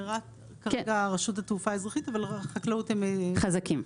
רק רשות התעופה האזרחית, אבל החקלאות הם חזקים.